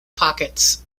pockets